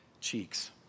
cheeks